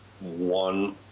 one